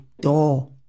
door